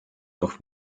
doch